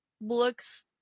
looks